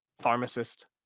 pharmacist